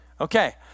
Okay